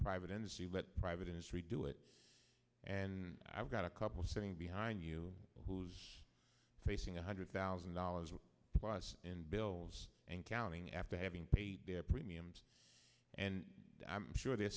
private industry let private industry do it and i've got a couple sitting behind you who's facing a hundred thousand dollars plus in bills and counting after having paid their premiums and i'm sure they're